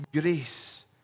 grace